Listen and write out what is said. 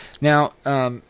Now –